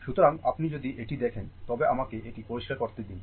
সুতরাং আপনি যদি এটি দেখেন তবে আমাকে এটি পরিষ্কার করতে দিন